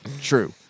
True